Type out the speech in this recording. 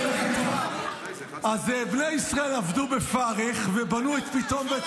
אז בני ישראל עבדו בפרך ובנו את פתום ואת